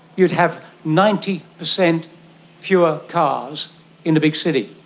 you'd have ninety percent fewer cars in the big city,